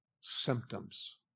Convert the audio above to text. symptoms